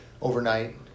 overnight